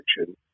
action